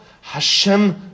Hashem